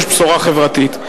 יש בשורה חברתית.